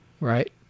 Right